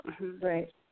Right